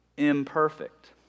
Imperfect